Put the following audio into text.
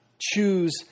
Choose